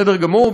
בסדר גמור.